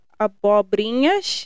abobrinhas